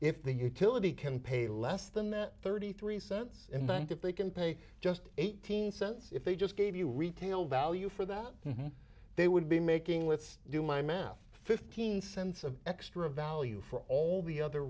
if the utility can pay less than that thirty three cents in the bank if they can pay just eighteen cents if they just gave you retail value for that they would be making let's do my math fifteen cents of extra value for all the other